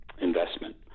investment